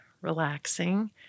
relaxing